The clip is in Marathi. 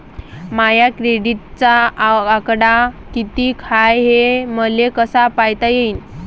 माया क्रेडिटचा आकडा कितीक हाय हे मले कस पायता येईन?